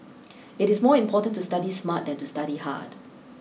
it is more important to study smart than to study hard